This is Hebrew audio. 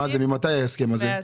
ממתי ההסכם הזה?